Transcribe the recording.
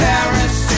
Paris